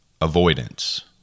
avoidance